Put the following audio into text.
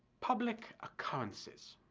public occurrences,